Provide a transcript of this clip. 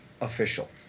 official